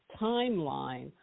timeline